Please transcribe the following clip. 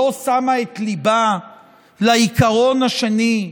לא שמה את ליבה לעיקרון השני,